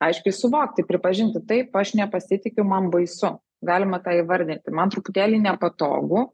aiškiai suvokti pripažinti taip aš nepasitikiu man baisu galima tą įvardinti man truputėlį nepatogu